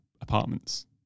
apartments